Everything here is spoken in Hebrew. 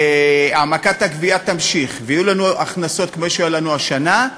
והעמקת הגבייה תימשך ויהיו לנו הכנסות כמו שהיו לנו השנה,